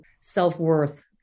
self-worth